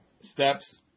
steps